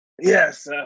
yes